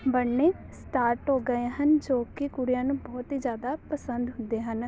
ਬਣਨੇ ਸਟਾਰਟ ਹੋ ਗਏ ਹਨ ਜੋ ਕਿ ਕੁੜੀਆਂ ਨੂੰ ਬਹੁਤ ਹੀ ਜ਼ਿਆਦਾ ਪਸੰਦ ਹੁੰਦੇ ਹਨ